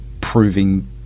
proving